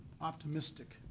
optimistic